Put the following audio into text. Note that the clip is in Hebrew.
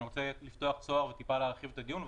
אני רוצה לפתוח צוהר וקצת להרחיב את הדיון,